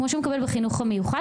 כמו שהוא מקבל בחינוך המיוחד,